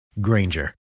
Granger